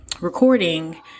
recording